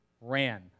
ran